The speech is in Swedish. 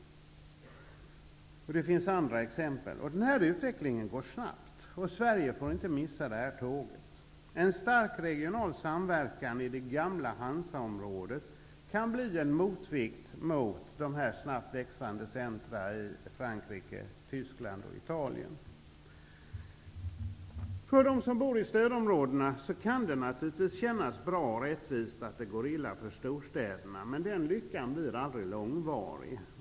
Det finns andra exempel. Den här utvecklingen går snabbt, och Sverige får inte missa det här tåget. En stark regional samverkan i det gamla Hansaområdet kan bli en motvikt mot de här snabbt växande centrumen i Frankrike, Tyskland och Italien. För dem som bor i stödområdena kan det naturligtvis kännas bra och rättvist att det går illa för storstäderna, men den lyckan blir aldrig långvarig.